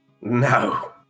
No